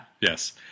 Yes